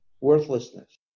worthlessness